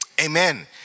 Amen